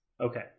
Okay